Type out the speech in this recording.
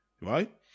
Right